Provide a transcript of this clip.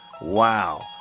Wow